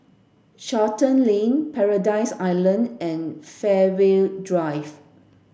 Charlton Lane Paradise Island and Fairway Drive